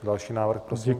Další návrh, prosím.